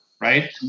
right